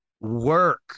work